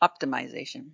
optimization